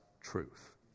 truth